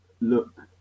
look